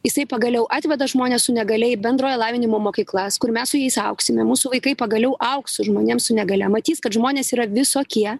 jisai pagaliau atveda žmones su negalia į bendrojo lavinimo mokyklas kur mes su jais augsime mūsų vaikai pagaliau augs su žmonėm su negalia matys kad žmonės yra visokie